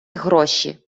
гроші